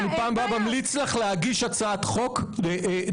בפעם הבאה אני ממליץ לך להגיש הצעת חוק דומה,